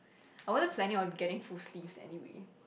I wasn't planning on getting full sleeves anyway